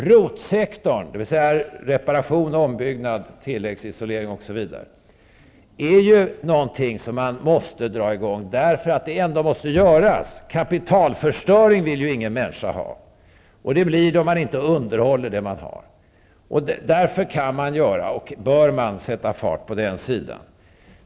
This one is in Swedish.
ROT-sektorn, dvs. reparation, ombyggnad, tilläggsisolering osv., är ju någonting som man bör dra i gång, eftersom det ändå måste göras. Kapitalförstöring vill ju ingen människa ha, men det blir det om man inte underhåller det man har. Därför kan man och bör man sätta fart på den sidan.